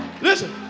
Listen